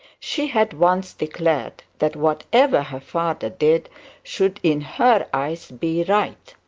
she had once declared that whatever her father did should in her eyes be right.